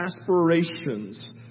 aspirations